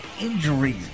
injuries